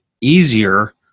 easier